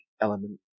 element